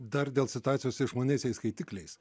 dar dėl situacijos su išmaniaisiais skaitikliais